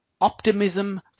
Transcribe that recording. optimism